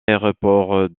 aéroport